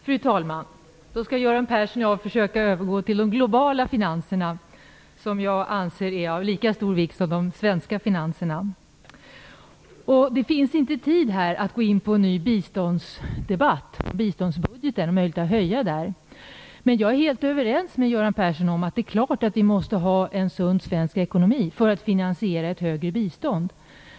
Fru talman! Då skall Göran Persson och jag försöka övergå till de globala finanserna, som jag anser är av lika stor vikt som de svenska finanserna. Det finns inte tid att gå in på en ny biståndsdebatt om möjligheten att höja biståndsbudgeten. Jag är helt överens med Göran Persson om att vi måste ha en sund svensk ekonomi för att finansiera ett högre bistånd.